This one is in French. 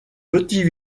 petit